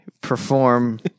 perform